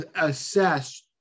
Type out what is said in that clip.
assess –